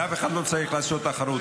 ואף אחד לא צריך לעשות תחרות.